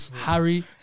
Harry